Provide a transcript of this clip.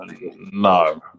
no